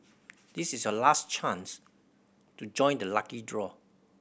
this is your last chance to join the lucky draw